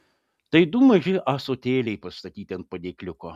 tai du maži ąsotėliai pastatyti ant padėkliuko